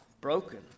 broken